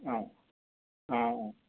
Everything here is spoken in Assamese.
অঁ অঁ অঁ